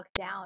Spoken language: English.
lockdown